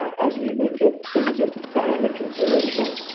as we look at things that got under consideration.